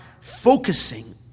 focusing